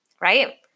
Right